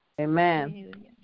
Amen